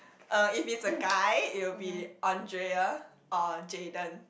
uh if it's a guy it will be Andrea or Jayden